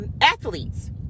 athletes